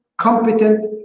competent